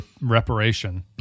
reparation